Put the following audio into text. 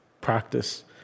practice